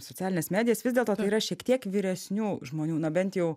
socialines medijas vis dėlto tai yra šiek tiek vyresnių žmonių na bent jau